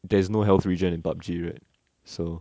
there's no health region in pub G right so